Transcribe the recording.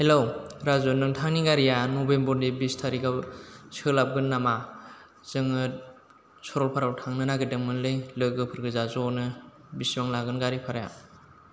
hello Raju नोंथांनि गारिया नभेम्बरनि बिस थारिकआव सोलाबगोन नामा जोङो सरलपारायाव थांनो नागिरदोंमोनलै लोगोफोर गोजा ज'नो बिसिबां लागोन गारि भाराया